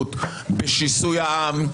ההידרדרות בשיסוי העם,